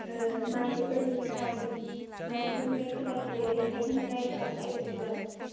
अ मानसिफोरनिफाय खोनासोयो बेनिखायनो दिनै नायहैस्रानो नागिरदों जों